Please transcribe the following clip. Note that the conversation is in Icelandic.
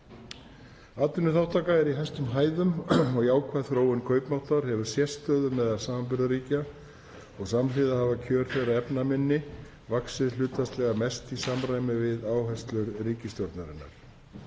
Atvinnuþátttaka er í hæstu hæðum og jákvæð þróun kaupmáttar hefur sérstöðu meðal samanburðarríkja og samhliða hafa kjör þeirra efnaminni vaxið hlutfallslega mest í samræmi við áherslur ríkisstjórnarinnar.